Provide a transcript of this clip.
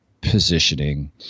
positioning